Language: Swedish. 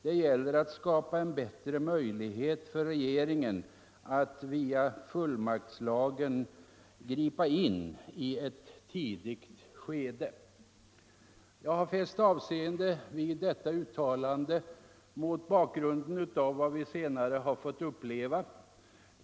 Det gäller att skapa en bättre möjlighet för regeringen att via fullmaktslagen gripa in i ett tidigare skede.” Jag har fäst avseende vid detta uttalande mot bakgrunden av vad vi senare har fått uppleva.